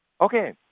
Okay